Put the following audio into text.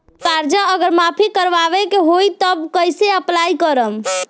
कर्जा अगर माफी करवावे के होई तब कैसे अप्लाई करम?